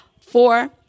Four